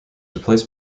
replaced